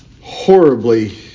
horribly